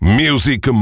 music